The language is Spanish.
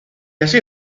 así